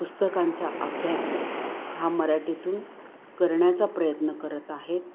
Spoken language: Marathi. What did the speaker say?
पुस्तकांचा अभ्यास हा मराठीतून करण्याचा प्रयत्न करत आहेत